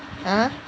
!huh!